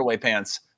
pants